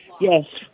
Yes